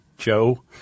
Joe